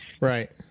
Right